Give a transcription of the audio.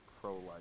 pro-life